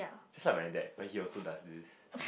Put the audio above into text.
just like my dad when he also does this